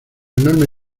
enorme